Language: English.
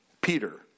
Peter